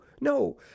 no